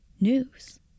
news